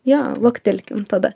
jo luktelkim tada